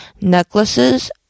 necklaces